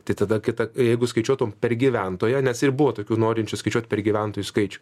tai tada kita jeigu skaičiuotum per gyventoją nes ir buvo tokių norinčių skaičiuot per gyventojų skaičių